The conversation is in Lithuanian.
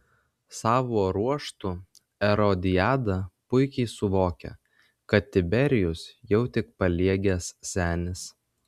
savo ruožtu erodiada puikiai suvokia kad tiberijus jau tik paliegęs senis